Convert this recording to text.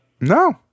No